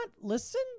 listen